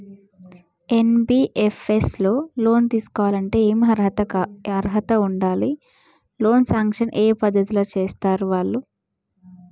NBFS లో loan తీస్కోవాలంటే ఏం అర్హత ఉండాలి? లోన్ సాంక్షన్ ఏ పద్ధతి లో చేస్తరు వాళ్లు?